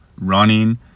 running